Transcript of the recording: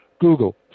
Google